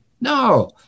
No